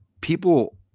people